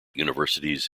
universities